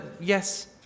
yes